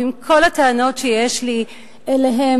ועם כל הטענות שיש לי אליהם,